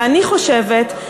ואני חושבת,